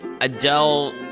Adele